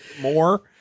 More